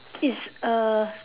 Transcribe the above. is a